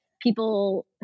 people